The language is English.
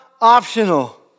optional